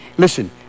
Listen